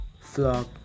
flop